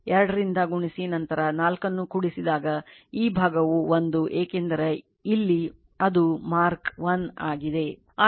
5 2 ರಿಂದ ಗುಣಿಸಿ ನಂತರ 4 ನ್ನು ಕೂಡಿಸಿದಾಗ ಈ ಭಾಗವು 1 ಏಕೆಂದರೆ ಇಲ್ಲಿ ಅದು mark 1 ಆಗಿದೆ